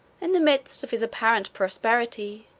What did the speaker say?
in the midst of his apparent prosperity,